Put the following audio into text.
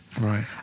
right